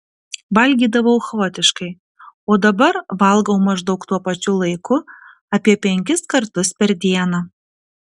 valgydavau chaotiškai o dabar valgau maždaug tuo pačiu laiku apie penkis kartus per dieną